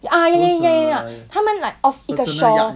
ah ya ya ya ya ya ya 他们 like off 一个 shore